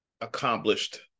accomplished